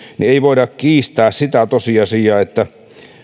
niin ei voida kiistää sitä tosiasiaa että